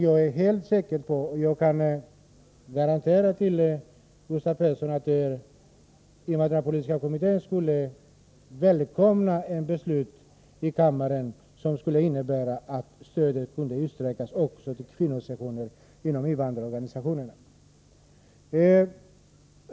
Jag är helt säker på, och jag kan garantera Gustav Persson, att invandrarpolitiska kommittén skulle välkomna ett beslut i kammaren av den innebörden att stödet kunde utsträckas också till kvinnosektioner inom invandrarorganisationerna.